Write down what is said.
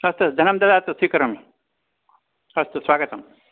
अस्तु धनं ददातु स्वीकरोमि अस्तु स्वागतम्